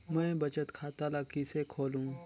मैं बचत खाता ल किसे खोलूं?